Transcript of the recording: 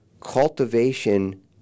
cultivation